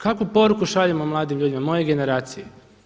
Kakvu poruku šaljemo mladim ljudima moje generacije?